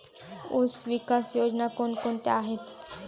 ऊसविकास योजना कोण कोणत्या आहेत?